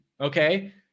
Okay